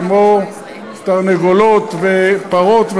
כמו תרנגולות ופרות,